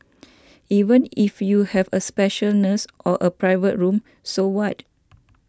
even if you have a special nurse or a private room so what